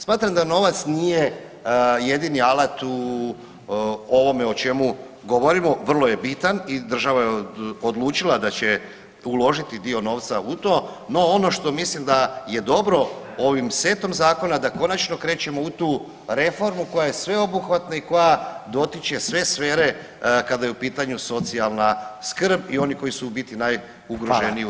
Smatram da novac nije jedini alat u ovome o čemu govorimo, vrlo je bitan i država je odlučila da će uložiti dio novca u to, no ono što mislim da je dobro ovim setom zakona da konačno krećemo u tu reformu koja je sveobuhvatna i koja dotiče sve sfere kada je u pitanju socijalna skrb i oni koji su u biti najugroženiji [[Upadica: Hvala.]] u RH.